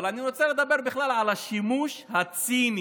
אבל אני רוצה לדבר בכלל על השימוש הציני